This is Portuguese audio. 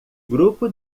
grupo